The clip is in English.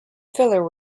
filler